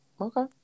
Okay